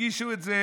הגישו את זה